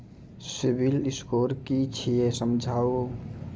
Civil score कि छियै समझाऊ?